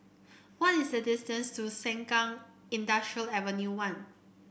what is the distance to Sengkang Industrial Ave one